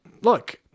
look